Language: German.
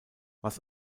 was